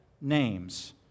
names